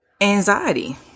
Anxiety